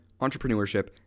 entrepreneurship